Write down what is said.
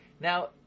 Now